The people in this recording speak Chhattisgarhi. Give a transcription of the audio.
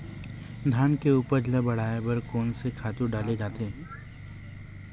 धान के उपज ल बढ़ाये बर कोन से खातु डारेल लगथे?